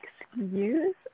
excuse